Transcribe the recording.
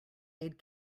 aid